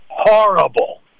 Horrible